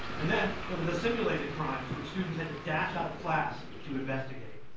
and then there were the simulated crimes, which students had to dash out of class to investigate.